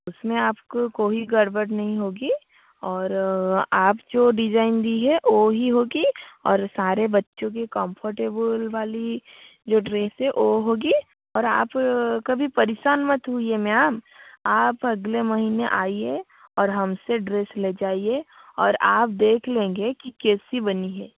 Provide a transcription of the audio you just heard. उसमें आपको कोई गड़बड़ नहीं होगी और आप जो डिज़ाइन दी है ओ ही होगी और सारे बच्चों की कंफ़र्टेबल वाली जो ड्रेस है ओ होगी और आप कभी परेशान मत होइए मैम आप अगले महीने आइए और हमसे ड्रेस ले जाइए और आप देख लेंगे की कैसी बनी है